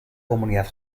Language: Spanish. comunidad